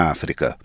África